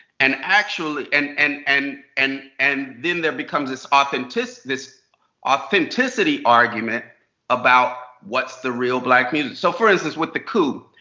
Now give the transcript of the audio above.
and actually and and and and and then there becomes this authenticity this authenticity argument about what's the real black music? so, for instance, with the coup,